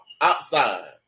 outside